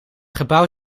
gebouw